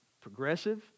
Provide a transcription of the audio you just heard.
progressive